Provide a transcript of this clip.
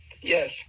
Yes